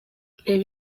reba